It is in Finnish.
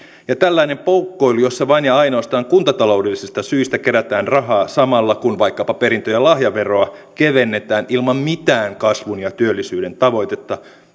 ja tällainen poukkoilu jossa vain ja ainoastaan kuntataloudellisista syistä kerätään rahaa samalla kun vaikkapa perintö ja lahjaveroa kevennetään ilman mitään kasvun ja työllisyyden tavoitetta